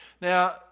Now